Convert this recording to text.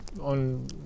on